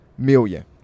Million